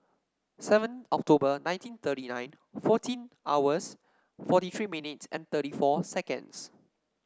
seven October nineteen thirty nine fourteen hours forty three minutes and thirty four seconds